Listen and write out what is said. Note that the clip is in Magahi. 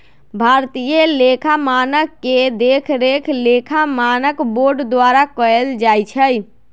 भारतीय लेखा मानक के देखरेख लेखा मानक बोर्ड द्वारा कएल जाइ छइ